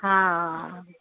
हा